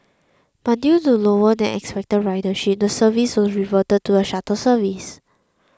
but due to lower than expected ridership the service was reverted to a shuttle service